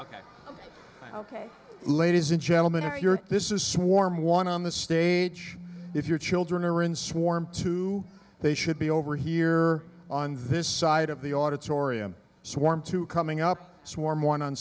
i'm ok ladies and gentlemen or your this is swarm one on the stage if your children are in swarm two they should be over here on this side of the auditorium swarm to coming up swarm one on